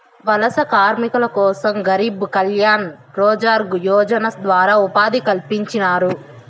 వలస కార్మికుల కోసం గరీబ్ కళ్యాణ్ రోజ్గార్ యోజన ద్వారా ఉపాధి కల్పించినారు